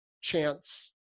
chance